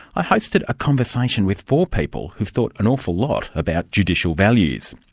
i hosted a conversation with four people who've thought an awful lot about judicial values.